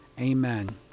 amen